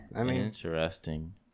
interesting